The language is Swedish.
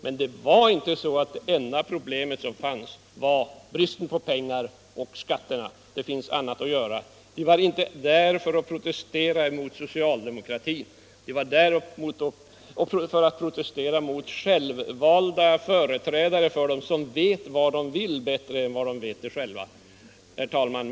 Men det var inte så att det enda problemet var bristen på pengar och skatterna. Det finns annat att göra. De var inte där för att protestera mot socialdemokratin. De var där för att protestera mot självvalda företrädare för dem som vet vad de vill bättre än de vet det själva. Herr talman!